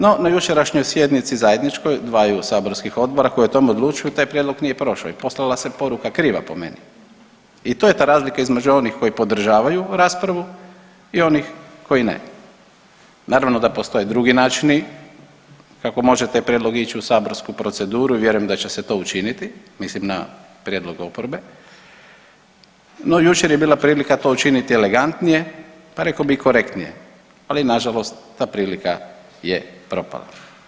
No na jučerašnjoj sjednici zajedničkoj dvaju saborskih odbora koji o tome odlučuju taj prijedlog nije prošao i poslala se poruka kriva po meni i to je ta razlika između onih koji podržavaju raspravu i onih koji ne, naravno da postoje drugi načini kako može taj prijedlog ić u saborsku proceduru i vjerujem da će se to učiniti, mislim na prijedlog oporbe, no jučer je bila prilika to učiniti elegantnije, pa rekao bi i korektnije, ali nažalost ta prilika je propala.